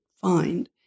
find